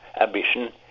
ambition